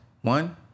one